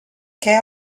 què